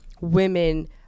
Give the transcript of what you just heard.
women